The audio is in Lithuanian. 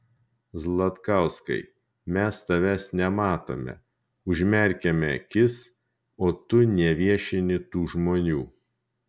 zlatkauskai mes tavęs nematome užmerkiame akis o tu neviešini tų žmonių